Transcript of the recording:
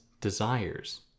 desires